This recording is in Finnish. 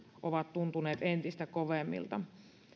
ovat tuntuneet entistä kovemmilta